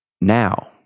now